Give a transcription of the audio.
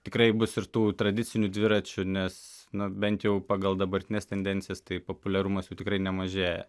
tikrai bus ir tų tradicinių dviračių nes na bent jau pagal dabartines tendencijas tai populiarumas jų tikrai nemažėja